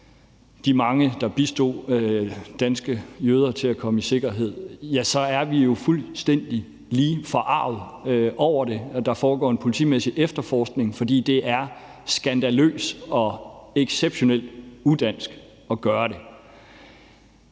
de mange, der bistod danske jøder med at komme i sikkerhed, er vi jo fuldstændig lige forargede over det. Der foregår en politimæssig efterforskning. For det er skandaløst og exceptionelt udansk at gøre det.